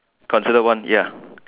considered one ya